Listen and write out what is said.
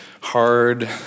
hard